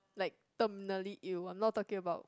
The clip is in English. like terminally you are not talking about